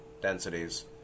densities